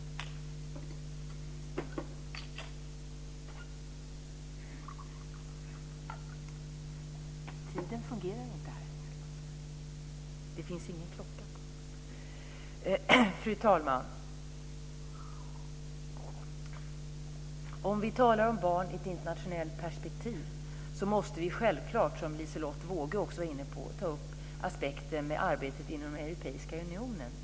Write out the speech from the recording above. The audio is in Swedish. Fru talman! Om vi talar om barn i ett internationellt perspektiv så måste vi självklart, som Liselotte Wågö också var inne på, ta upp aspekten med arbetet inom Europeiska unionen.